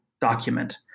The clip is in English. document